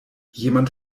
jemand